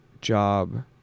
job